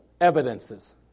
evidences